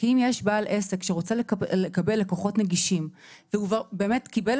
אם יש בעל עסק שרוצה לקבל לקוחות נגישים והוא כבר קיבל